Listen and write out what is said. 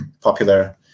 popular